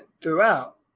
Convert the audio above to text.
throughout